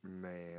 Man